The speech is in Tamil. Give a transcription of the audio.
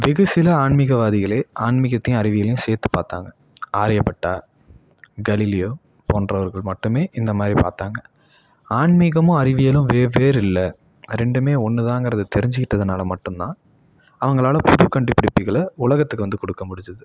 வெகு சில ஆன்மீகவாதிகளே ஆன்மீகத்தையும் அறிவியலேயும் சேர்த்து பார்த்தாங்க ஆரியபட்டா கலீலியோ போன்றவர்கள் மட்டுமே இந்த மாதிரி பார்த்தாங்க ஆன்மீகமும் அறிவியலும் வெவ்வேறு இல்லை ரெண்டுமே ஒன்றுதாங்கறத தெரிஞ்சிக்கிட்டதனால் மட்டுந்தான் அவங்களால் புது கண்டுபிடிப்புகளை உலகத்துக்கு வந்து கொடுக்க முடிஞ்சுது